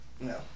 no